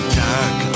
dark